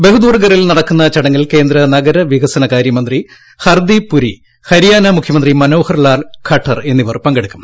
ബഹദുർഗറിൽ നടക്കുന്ന ചടങ്ങിൽ കേന്ദ്ര നഗരവികസന കാര്യമന്ത്രി ഹർദീപ്പുരി ഹരിയാന മുഖ്യമന്ത്രി മനോഹർ ലാൽ ഘട്ടർ എന്നിവർ പങ്കെടുക്കും